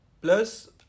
Plus